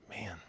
Man